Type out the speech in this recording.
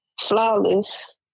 Flawless